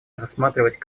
рассмотреть